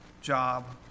job